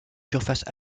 surfaces